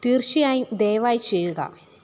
തീർച്ചയായും ദയവായി ചെയ്യുക